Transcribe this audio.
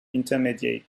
intermediate